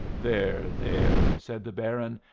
there, there! said the baron,